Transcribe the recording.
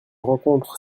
rencontre